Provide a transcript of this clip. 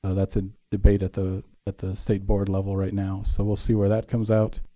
ah that's a debate at the at the state board level right now. so we'll see where that comes out.